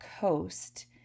coast